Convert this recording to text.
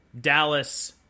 Dallas